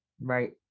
right